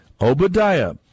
Obadiah